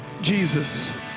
Jesus